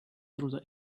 through